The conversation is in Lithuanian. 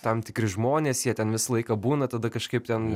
tam tikri žmonės jie ten visą laiką būna tada kažkaip ten